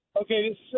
okay